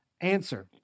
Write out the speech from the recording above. Answer